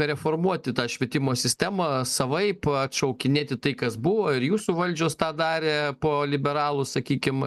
reformuoti tą švietimo sistemą savaip atšaukinėti tai kas buvo ir jūsų valdžios tą darė po liberalų sakykim